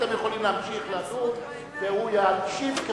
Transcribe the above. אתם יכולים להמשיך לדון והוא ישיב,